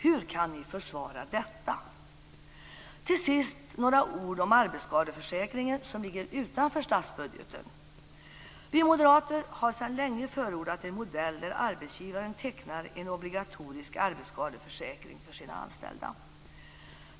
Hur kan ni försvara detta? Vidare några ord om arbetsskadeförsäkringen, som ligger utanför statsbudgeten. Vi moderater har sedan länge förordat en modell där arbetsgivaren tecknar en obligatorisk arbetsskadeförsäkring för sina anställda.